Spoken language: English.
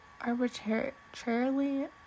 arbitrarily